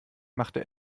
machte